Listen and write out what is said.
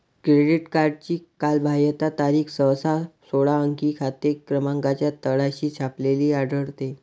credit कार्डची कालबाह्यता तारीख सहसा सोळा अंकी खाते क्रमांकाच्या तळाशी छापलेली आढळते